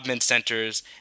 Centers